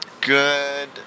good